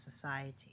society